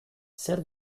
zer